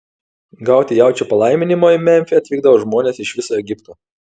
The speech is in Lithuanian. gauti jaučio palaiminimo į memfį atvykdavo žmonės iš viso egipto